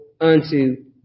unto